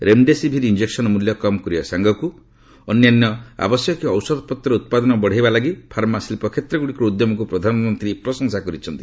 remdesivir injection ମୂଲ୍ୟ କମ୍ କରିବା ସାଙ୍ଗକୁ ଅନ୍ୟାନ୍ୟ ଆବଶ୍ୟକୀୟ ଔଷଧପତ୍ରର ଉତ୍ପାଦନ ବଢ଼ାଇବା ଲାଗି ଫାର୍ମା ଶିଳ୍ପକ୍ଷେତ୍ରର ଉଦ୍ୟମକୁ ପ୍ରଧାନମନ୍ତ୍ରୀ ପ୍ରଶଂସା କରିଛନ୍ତି